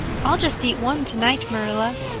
i'll just eat one tonight, marilla.